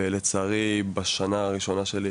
ולצערי בשנה הראשונה שלי,